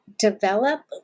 develop